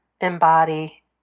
embody